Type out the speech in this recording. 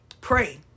Pray